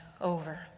over